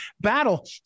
battle